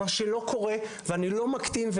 אני לא מקטין,